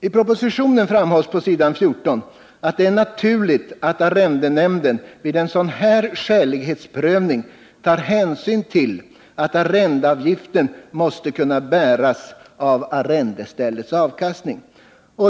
I propositionen framhålls på s. 14 att det är naturligt att arrendenämnden vid en sådan här skälighetsprövning tar hänsyn till att arrendeavgiften måste kunna bäras av arrendeställets avkastning.